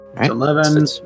Eleven